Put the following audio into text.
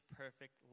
perfect